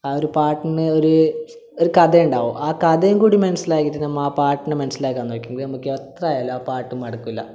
ആ ഒരു പാട്ടിന് ഒരു ഒരു കഥയുണ്ടാകും ആ കഥയും കൂടി മനസ്സിലാക്കിയിട്ട് നമ്മൾ ആ പാട്ടിനെ മനസ്സിലാക്കാൻ നോക്കിയാൽ നമുക്ക് എത്ര ആയാലും ആ പാട്ട് മടുക്കൂല